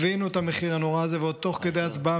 הבינו את המחיר הנורא הזה תוך כדי הצבעה,